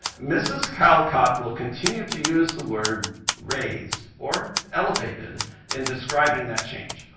mrs. callcott will continue to use the word raised or elevated in describing that change.